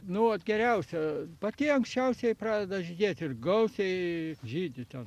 nu vat geriausia pati anksčiausiai pradeda žydėti ir gausiai žydi ten